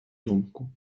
думку